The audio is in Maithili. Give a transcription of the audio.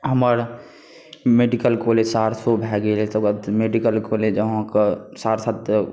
हमर मेडिकल कॉलेज सहरसो भए गेल तकर बाद मेडिकल कॉलेज अहाँकेँ सहरसा तऽ